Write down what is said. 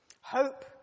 Hope